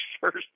first